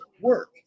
work